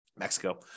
Mexico